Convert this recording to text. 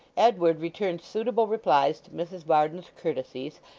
edward returned suitable replies to mrs varden's courtesies,